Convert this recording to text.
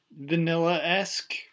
vanilla-esque